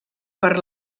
per